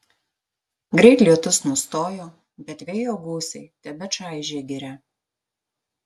greit lietus nustojo bet vėjo gūsiai tebečaižė girią